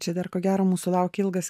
čia dar ko gero mūsų laukia ilgas